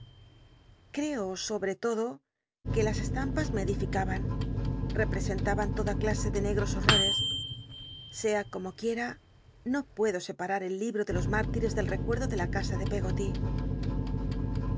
creo sobre lodo que las estampas me edificaban rcprcscnlaban toda clase de negros horrorcs sea como qu iera no puedo separar el libro de los márlires tlcltecuc do de la casa de pcggot